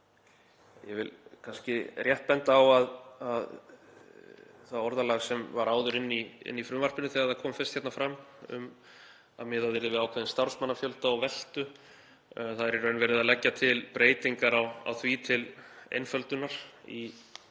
Ég vil kannski rétt benda á að það orðalag sem var áður inni í frumvarpinu þegar það kom fyrst hérna fram, um að miðað yrði við ákveðinn starfsmannafjölda og veltu. Það er í raun verið að leggja til breytingar á því til einföldunar í